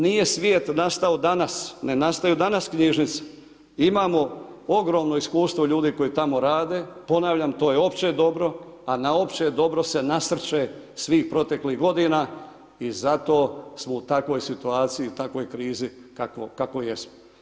Nije svijet nastao danas, ne nastaju danas knjižnice, imamo ogromno iskustvo ljudi koji tamo rade, ponavljam, to je opće dobro, a na opće dobro se nasrće svih proteklih godina i zato smo u takvoj situaciji, takvoj krizi kakvoj jesmo.